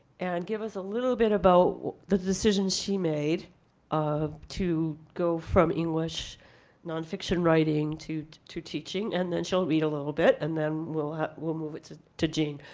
and give us a little bit about the decision she made to go from english nonfiction writing to to teaching, and then she'll read a little bit. and then we'll we'll move it to to jean.